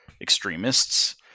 extremists